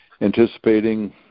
anticipating